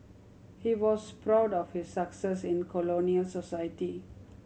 he was proud of his success in colonial society